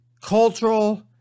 cultural